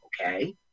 okay